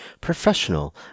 professional